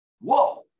Whoa